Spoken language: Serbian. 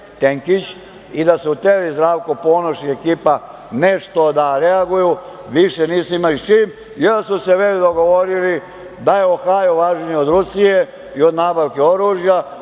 tenkić, i da su hteli Zdravko Ponoš i ekipa nešto da reaguju više nisu imali sa čim, jer su se već dogovorili da je Ohajo važniji od Rusije i od nabavke oružja.